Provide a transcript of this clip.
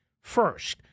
first